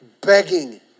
Begging